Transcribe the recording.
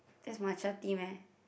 that's matcha tea meh